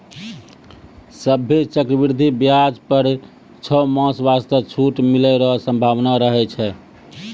सभ्भे चक्रवृद्धि व्याज पर छौ मास वास्ते छूट मिलै रो सम्भावना रहै छै